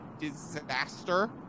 disaster